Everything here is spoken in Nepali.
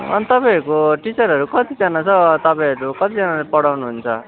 अनि तपाईँहरूको टिचरहरू कतिजना छ तपाईँहरू कतिजनाले पढाउनु हुन्छ